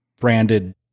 branded